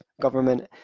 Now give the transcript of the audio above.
government